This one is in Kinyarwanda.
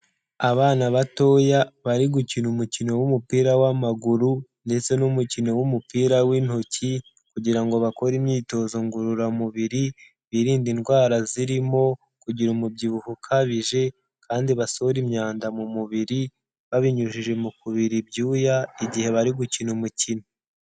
Abana batoya bari gukina umukino w'umupira w'amaguru ndetse n'umukino w'umupira w'intoki kugira ngo bakore imyitozo ngororamubiri, birinde indwara zirimo kugira umubyibuho ukabije kandi basohora imyanda mu mubiri, babinyujije mu kubira ibyuya igihe bari gukina umukino.